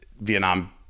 Vietnam